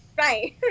Right